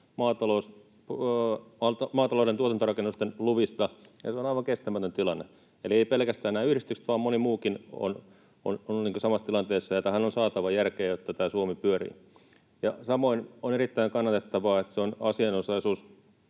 maatalouden tuotantorakennusten luvista, ja se on aivan kestämätön tilanne. Eli eivät pelkästään nämä yhdistykset, vaan moni muukin on samassa tilanteessa, ja tähän on saatava järkeä, jotta tämä Suomi pyörii. Samoin on erittäin kannatettavaa, että se valitusoikeus